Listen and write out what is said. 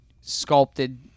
sculpted